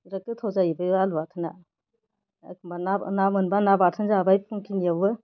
बिराद गोथाव जायो बे आलु बाथोना एख'म्बा ना मोनबा ना बाथोन जाबाय फुंखिनियावबो